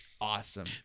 awesome